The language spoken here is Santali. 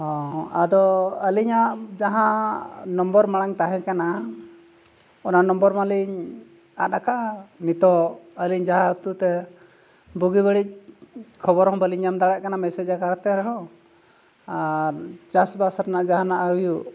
ᱦᱮᱸ ᱟᱫᱚ ᱟᱹᱞᱤᱧᱟᱜ ᱡᱟᱦᱟᱸ ᱢᱟᱲᱟᱝ ᱛᱟᱦᱮᱸ ᱠᱟᱱᱟ ᱚᱱᱟ ᱢᱟ ᱞᱤᱧ ᱟᱫ ᱟᱠᱟᱫᱼᱟ ᱱᱤᱛᱳᱜ ᱟᱹᱞᱤᱧ ᱡᱟᱦᱟᱸ ᱟᱛᱳᱛᱮ ᱵᱩᱜᱤᱼᱵᱟᱹᱲᱤᱡ ᱠᱷᱚᱵᱚᱨ ᱦᱚᱸ ᱵᱟᱞᱤᱧ ᱧᱟᱢ ᱫᱟᱲᱮᱭᱟᱜ ᱠᱟᱱᱟ ᱟᱠᱟᱨᱛᱮ ᱨᱮᱦᱚᱸ ᱟᱨ ᱪᱟᱥᱵᱟᱥ ᱨᱮᱱᱟᱜ ᱡᱟᱦᱟᱱᱟᱜ ᱦᱩᱭᱩᱜ